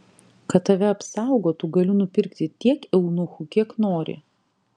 kad tave apsaugotų galiu nupirki tiek eunuchų kiek nori